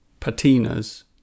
patinas